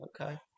Okay